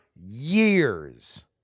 years